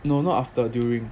no not after during